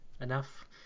enough